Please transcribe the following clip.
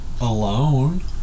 alone